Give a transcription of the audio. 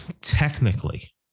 Technically